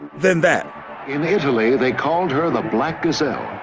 than that in italy, they called her the black gazelle.